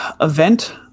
event